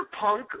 Punk